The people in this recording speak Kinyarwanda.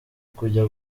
kujya